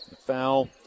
Foul